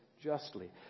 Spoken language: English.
justly